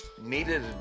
needed